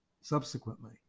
subsequently